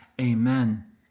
amen